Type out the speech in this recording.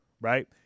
right